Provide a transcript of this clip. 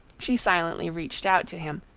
she silently reached out to him,